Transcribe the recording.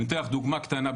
אני אתן לך דוגמה קטנה,